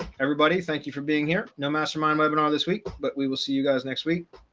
everybody. thank you for being here. no mastermind webinar this week, but we will see you guys next week.